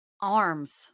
arms